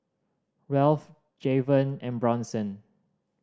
Ralph Jayvon and Bronson